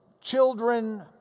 children